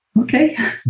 Okay